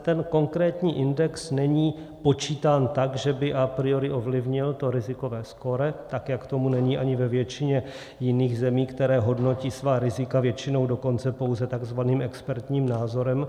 Ten konkrétní index není počítán tak, že by a priori ovlivnil to rizikové skóre, tak jak tomu není ani ve většině jiných zemí, které hodnotí svá rizika většinou dokonce pouze takzvaným expertním názorem.